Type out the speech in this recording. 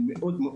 ובגלל